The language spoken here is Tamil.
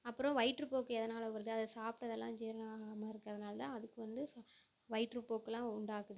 அப்றம் வயிற்றுப்போக்கு எதனால் வருது அது சாப்பிட்டது எல்லாம் ஜீரணம் ஆகாமல் இருக்கிறதுனால் தான் அதுக்கு வந்து சா வயிற்றுப்போக்குலாம் உண்டாகுது